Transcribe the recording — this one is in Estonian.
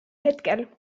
hetkel